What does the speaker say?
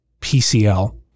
pcl